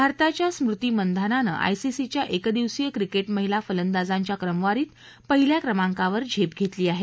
भारताच्या स्मृति मंधानानं आयसीसीच्या एकदिवसीय क्रिकेट महिला फलंदाजाच्या क्रमवारीत पहिल्या क्रमांकावर झेप घेतली आहे